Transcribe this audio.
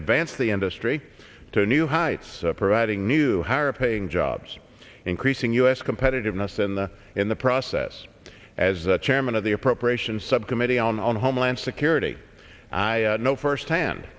advance the industry to new heights providing new higher paying jobs increasing u s competitiveness and in the process as the chairman of the appropriations subcommittee on homeland security i know firsthand